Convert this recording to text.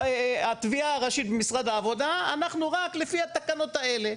התביעה הראשית במשרד העבודה אנחנו רק לפי התקנות האלה,